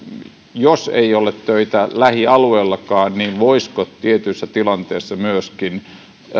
ei ole töitä lähialueillakaan niin voisiko tietyissä tilanteissa myöskin